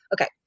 okay